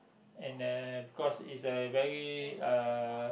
and uh because is a very uh